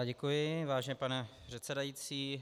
Děkuji, vážený pane předsedající.